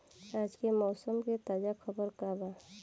आज के मौसम के ताजा खबर का बा?